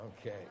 Okay